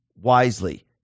wisely